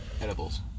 Edibles